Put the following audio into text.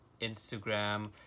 Instagram